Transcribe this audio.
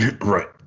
Right